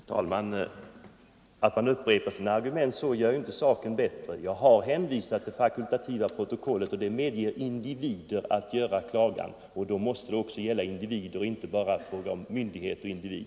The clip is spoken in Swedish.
Herr talman! Att man upprepar sina argument gör inte saken bättre Jag har hänvisat till det fakultativa protokollet, och det medger individer att anföra klagan. Då kan det inte bara gälla myndighet-individ.